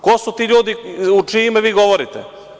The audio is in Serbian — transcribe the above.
Ko su ti ljudi u čije ime vi govorite?